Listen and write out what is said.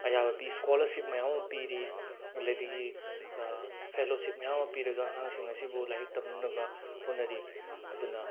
ꯑꯌꯥꯕ ꯄꯤ ꯁ꯭ꯀꯣꯂꯔꯁꯤꯞ ꯃꯌꯥꯝ ꯑꯃ ꯄꯤꯔꯤ ꯑꯗꯒꯤ ꯐꯦꯂꯣꯁꯤꯞ ꯃꯌꯥꯝ ꯑꯃ ꯄꯤꯔꯒ ꯑꯉꯥꯡꯁꯤꯡ ꯑꯁꯤꯕꯨ ꯂꯥꯏꯔꯤꯛ ꯇꯝꯍꯟꯅꯕ ꯍꯣꯠꯅꯔꯤ ꯑꯗꯨꯅ